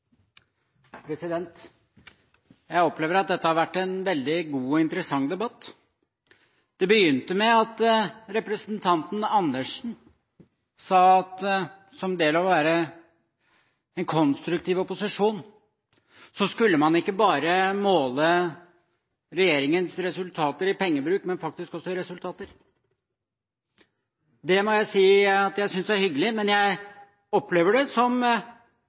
Jeg opplever at dette har vært en veldig god og interessant debatt. Det begynte med at representanten Dag Terje Andersen sa at som en del av å være en konstruktiv opposisjon skulle man ikke bare måle regjeringens resultater i pengebruk, men faktisk også resultater. Det må jeg si at jeg synes er hyggelig, men jeg opplever det som